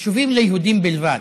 יישובים ליהודים בלבד.